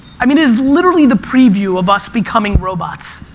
i mean it is literally the preview of us becoming robots.